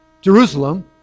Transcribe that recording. Jerusalem